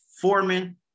Foreman